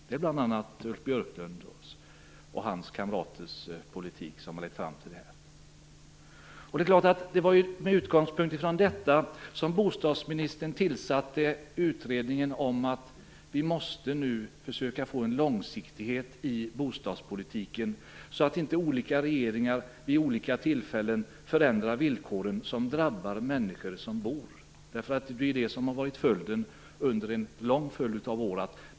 Det är bl.a. Ulf Björklunds och hans kamraters politik som har lett fram till detta. Det var med utgångspunkt från detta som bostadsministern tillsatte en utredning. Vi måste nu försöka få en långsiktighet i bostadspolitiken, så att inte olika regeringar förändrar villkoren vid olika tillfällen, vilket drabbar människor som bor. Det är det som har skett under en lång följd av år.